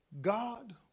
God